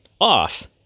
off